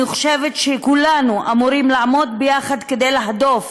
אני חושבת שכולנו אמורים לעמוד יחד כדי להדוף